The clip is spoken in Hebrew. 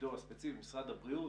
תפקידו הספציפי משרד הבריאות,